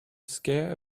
scare